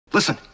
Listen